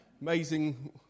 amazing